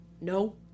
No